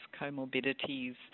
comorbidities